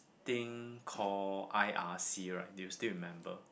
thing call I_R_C right do you still remember